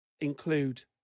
include